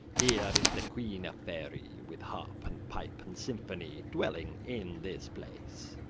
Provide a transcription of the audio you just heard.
here is the queen of faery, with harp, and pipe, and symphony, dwelling in this place.